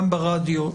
גם לגבי הרדיו,